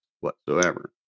whatsoever